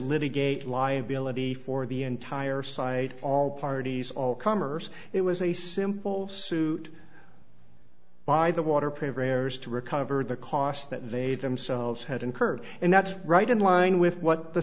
litigate liability for the entire site all parties all comers it was a simple suit by the water programmers to recover the costs that they themselves had incurred and that's right in line with what the